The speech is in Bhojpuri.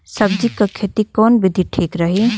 सब्जी क खेती कऊन विधि ठीक रही?